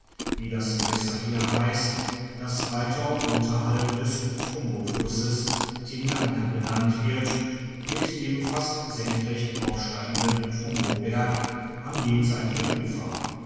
wie das gewässer hier heisst das weiter unterhalb des tomboflusses tinlanke benannt wird mit dem fast senkrecht aufsteigenden tombo berg am jenseitigen ufer